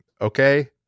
okay